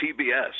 TBS